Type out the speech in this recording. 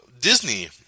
Disney